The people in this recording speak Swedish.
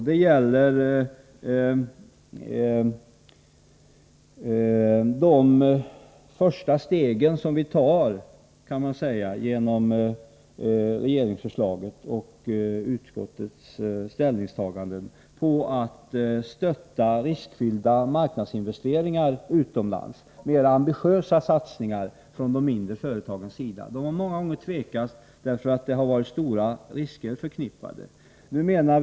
Det gäller de första steg som vi tar — genom regeringens förslag och utskottets ställningstaganden — för att stötta riskfyllda marknadsinvesteringar och mera ambitiösa satsningar utomlands från de mindre företagens sida. De har många gånger tvekat därför att det har varit stora risker förknippade med sådana satsningar.